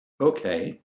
Okay